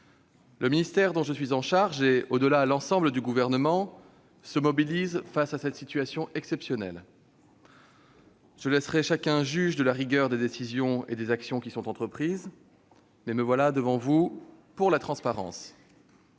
Le ministère qui m'est confié et, au-delà, l'ensemble du Gouvernement se mobilisent face à cette situation exceptionnelle. Je laisserai chacun juge de la rigueur des décisions prises et des actions engagées ; mais me voici devant vous pour la transparence.